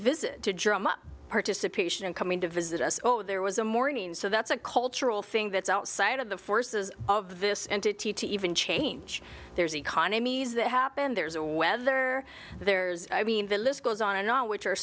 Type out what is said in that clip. visit to drum up participation and coming to visit us over there was a morning so that's a cultural thing that's outside of the forces of this entity to even change there's economies that happen there's a whether there's i mean the list goes on and on which are